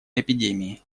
эпидемии